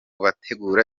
bategura